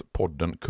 podden